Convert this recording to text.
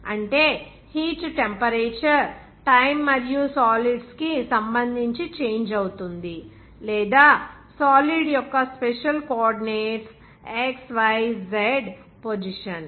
అంటే heat temperature time మరియు solids కి సంబంధించి చేంజ్ అవుతుంది లేదా సాలిడ్ యొక్క special coordinates s y z position